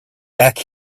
back